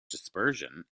dispersion